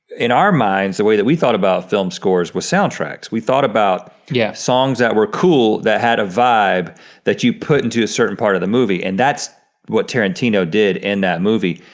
in our minds, the way that we thought about film scores was soundtracks, we thought about yeah songs that were cool that had a vibe that you put into a certain part of the movie and that's what tarantino did in that movie.